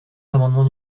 l’amendement